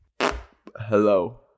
hello